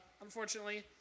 Unfortunately